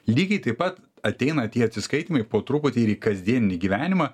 lygiai taip pat ateina tie atsiskaitymai po truputį ir į kasdieninį gyvenimą